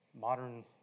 modern